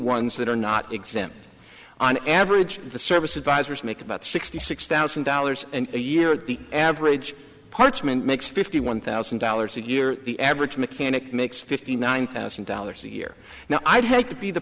ones that are not exempt on average the service advisors make about sixty six thousand dollars a year the average parchment makes fifty one thousand dollars a year the average mechanic makes fifty nine thousand dollars a year now i'd hate to be the